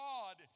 God